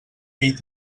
fill